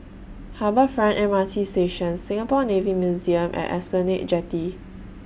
Harbour Front M R T Station Singapore Navy Museum and Esplanade Jetty